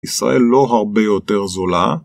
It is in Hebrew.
ישראל לא הרבה יותר זולה